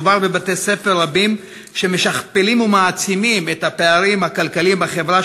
מדובר בבתי-ספר רבים שמשכפלים ומעצימים את הפערים הכלכליים בחברה